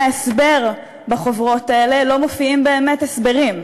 ההסבר בחוברות האלה לא מופיעים באמת הסברים.